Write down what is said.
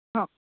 हो